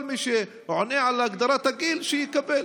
כל מי שעונה על הגדרת הגיל, שיקבל.